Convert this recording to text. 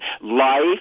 Life